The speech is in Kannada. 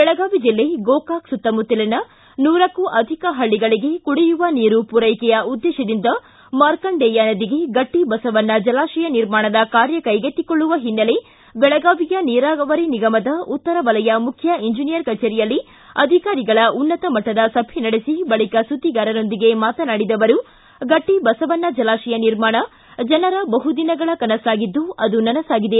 ಬೆಳಗಾವಿ ಜಿಲ್ಲೆ ಗೋಕಾಕ ಸುತ್ತಮುತ್ತಲಿನ ನೂರಕ್ಕೂ ಅಧಿಕ ಹಳ್ಳಿಗಳಿಗೆ ಕುಡಿಯುವ ನೀರು ಪೂರೈಕೆಯ ಉದ್ದೇಶದಿಂದ ಮಾರ್ಕಂಡೇಯ ನದಿಗೆ ಗಟ್ಟಿ ಬಸವಣ್ಣ ಜಲಾಶಯ ನಿರ್ಮಾಣದ ಕಾರ್ಯ ಕೈಗೆತ್ತಿಕೊಳ್ಳುವ ಹಿನ್ನೆಲೆ ಬೆಳಗಾವಿಯ ನೀರಾವರಿ ನಿಗಮದ ಉತ್ತರ ವಲಯ ಮುಖ್ಯ ಎಂಜಿನಿಯರ ಕಚೇರಿಯಲ್ಲಿ ಅಧಿಕಾರಿಗಳ ಉನ್ನತಮಟ್ಟದ ಸಭೆ ನಡೆಸಿ ಬಳಿಕ ಸುದ್ದಿಗಾರರೊಂದಿಗೆ ಮಾತನಾಡಿದ ಅವರು ಗಟ್ಟಿ ಬಸವಣ್ಣ ಜಲಾಶಯ ನಿರ್ಮಾಣ ಜನರ ಬಹುದಿನಗಳ ಕನಸಾಗಿದ್ದು ಅದು ನನಸಾಗಿದೆ